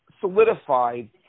solidified